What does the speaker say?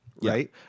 Right